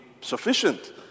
sufficient